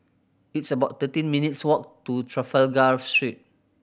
it's about thirteen minutes' walk to Trafalgar Street